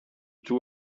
two